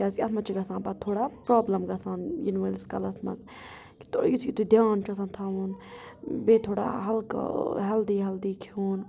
کیازکہِ اَتھ منٛز چھِ گژھان پَتہٕ تھوڑا پرابلِم گَژھان یِنہٕ وٲلِس کَلَس مَنٛز یُتھُے یُتھُے دھیان چھُ آسان تھَوُن بیٚیہِ تھوڑا ہَلکہٕ ہٮ۪لدی ہٮ۪لدی کھیٚون